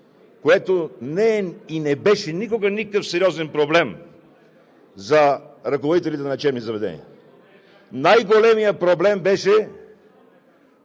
което не е и не беше никога никакъв сериозен проблем за ръководителите на лечебни заведения. Най-големият проблем беше,